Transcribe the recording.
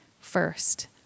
first